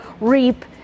reap